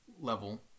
level